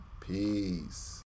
Peace